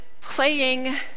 playing